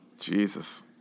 Jesus